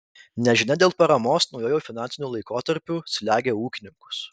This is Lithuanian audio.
nežinia dėl paramos naujuoju finansiniu laikotarpiu slegia ūkininkus